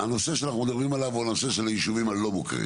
מדברים על הישובים הלא מוכרים.